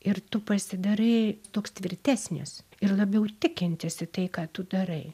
ir tu pasidarai toks tvirtesnis ir labiau tikintis į tai ką tu darai